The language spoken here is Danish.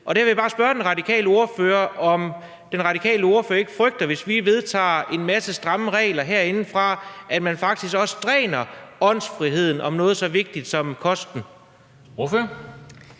Og der vil jeg bare spørge den radikale ordfører, om hun ikke frygter, at hvis vi vedtager en masse stramme regler herindefra, dræner man faktisk også åndsfriheden i forbindelse med noget så vigtigt som kosten. Kl.